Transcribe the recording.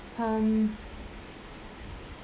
um